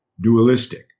dualistic